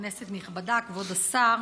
כנסת נכבדה, כבוד השר,